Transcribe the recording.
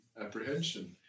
apprehension